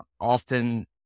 often